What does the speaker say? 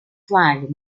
flag